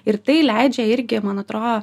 ir tai leidžia irgi man atro